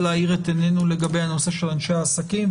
להאיר את עינינו לגבי הנושא של אנשי העסקים.